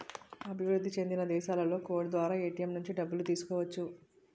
అభివృద్ధి చెందిన దేశాలలో కోడ్ ద్వారా ఏటీఎం నుంచి డబ్బులు తీసుకోవచ్చు